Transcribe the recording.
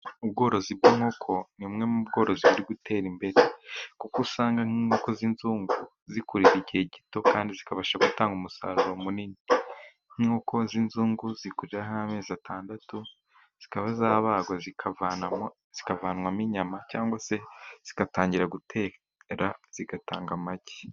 Ubworozi bw'inkoko ni bumwe mu bworozi buri gutera imbere, kuko usanga n'inkoko z'inzungu zikorerwa igihe gito kandi zikabasha gutanga umusaruro munini, nk'inkoko z'inzungu zikurira amezi atandatu zikaba zabagwa zikavanwamo inyama, cyangwa se zigatangira gutera zigatanga amagi.